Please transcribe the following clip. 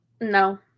no